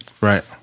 Right